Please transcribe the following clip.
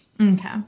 Okay